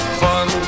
fun